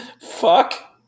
Fuck